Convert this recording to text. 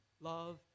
love